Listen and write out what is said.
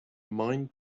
mind